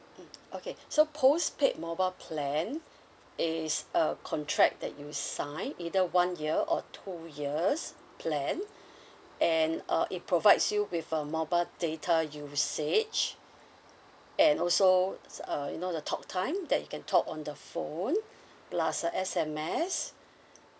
mm okay so postpaid mobile plan is a contract that you sign either one year or two years plan and uh it provides you with a mobile data usage and also it's uh you know the talktime that you can talk on the phone plus uh S_M_S